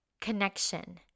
connection